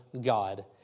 God